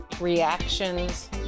reactions